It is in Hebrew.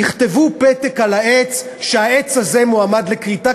יכתבו פתק על העץ שהעץ הזה מועמד לכריתה,